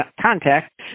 contact